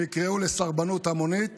הם יקראו לסרבנות המונית